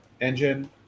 engine